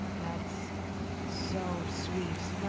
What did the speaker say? that's so sweet.